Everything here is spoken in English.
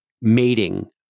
mating